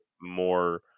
more